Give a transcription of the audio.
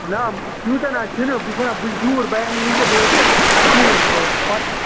نا تیوٗتا نا چھُ نہٕ بہٕ چھُس وَنان بہٕ چھُس دوٗر بہٕ ہیٚکہٕ نہٕ وٕنکَٮ۪س وٲتِتھ کِہیٖنۍ تہِ پتہٕ